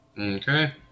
Okay